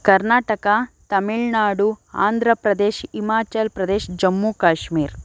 Karnataka Tamil Nadu Andhra Pradesh Himachal Pradesh Jammu Kashmir